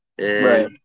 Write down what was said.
Right